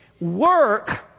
work